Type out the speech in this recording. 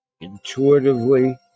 intuitively